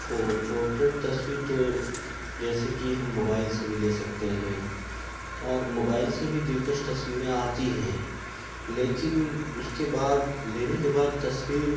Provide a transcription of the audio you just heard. portrait تصویر تو جیسے کہ ہم موبائل سے بھی لے سکتے ہیں اور موبائل سے بھی دلکش تصویریں آتی ہیں لیکن اس کے بعد لینے کے بعد تصویر